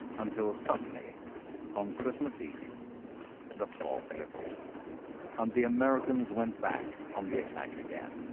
until ah suddenly on christmas eve the fog lifted and the americans went back on the attack again.